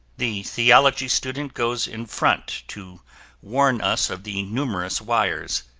the theology student goes in front to warn us of the numerous wires,